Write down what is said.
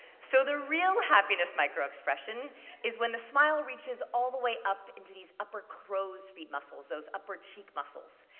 so the real happiness microexpression is when the smile reaches all the way up into these upper crow's feet muscles, those upper cheek muscles.